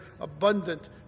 abundant